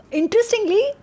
interestingly